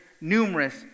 numerous